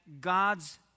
God's